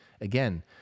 Again